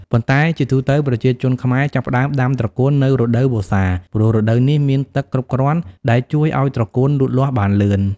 ប៉ុន្តែជាទូទៅ ប្រជាជនខ្មែរចាប់ផ្ដើមដាំត្រកួននៅ រដូវវស្សា ព្រោះរដូវនេះមានទឹកគ្រប់គ្រាន់ដែលជួយឲ្យត្រកួនលូតលាស់បានលឿន។